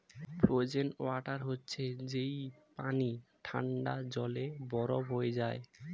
frozen water হচ্ছে যেই পানি ঠান্ডায় জমে বরফ হয়ে যায়